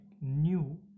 new